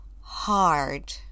hard